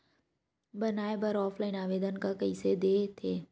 बनाये बर ऑफलाइन आवेदन का कइसे दे थे?